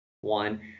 one